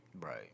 Right